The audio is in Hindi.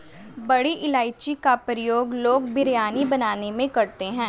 बड़ी इलायची का प्रयोग लोग बिरयानी बनाने में करते हैं